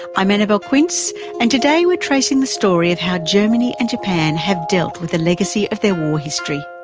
i'm annabelle quince and today we're tracing the story of how germany and japan have dealt with the legacy of their war history.